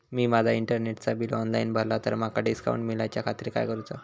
मी माजा इंटरनेटचा bill online भरला तर माका डिस्काउंट मिलाच्या खातीर काय करुचा?